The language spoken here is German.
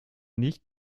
nicht